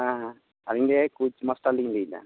ᱟᱹᱞᱤᱧ ᱜᱮ coach master ᱞᱤᱧ ᱞᱟᱹᱭᱮᱫᱟ